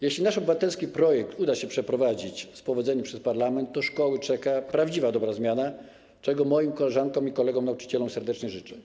Jeśli nasz obywatelski projekt uda się przeprowadzić z powodzeniem przez parlament, to szkoły czeka prawdziwa dobra zmiana, czego moim koleżankom i kolegom nauczycielom serdecznie życzę.